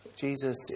Jesus